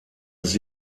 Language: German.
des